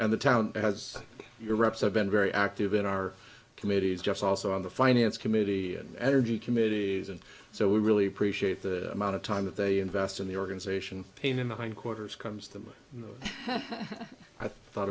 and the town has your reps have been very active in our committees just also on the finance committee and energy committees and so we really appreciate the amount of time that they invest in the organization pain in the hind quarters comes to my head i thought